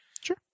Sure